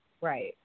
Right